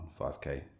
5K